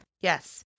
Yes